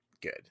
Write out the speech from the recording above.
good